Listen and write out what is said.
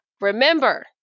remember